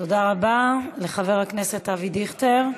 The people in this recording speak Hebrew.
תודה רבה לחבר הכנסת אבי דיכטר.